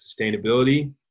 sustainability